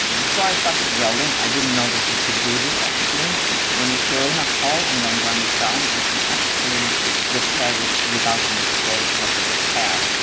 before i started welding i didn't know that you could do this actually when you fill in a hole and then grind it down you can actually repair it without any and and trace of the repair.